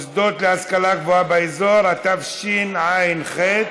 (מוסדות להשכלה גבוהה באזור), התשע"ח 2018,